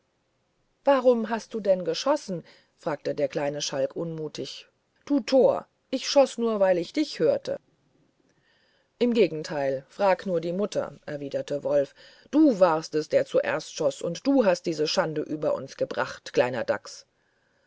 warum hast du denn geschossen fragte der kleine schalk unmutig du tor ich schoß nur weil ich dich hörte im gegenteil frag nur die mutter erwiderte wolf du warst es der zuerst schoß und du hast diese schande über uns gebracht kleiner dachs